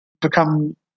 become